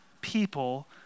people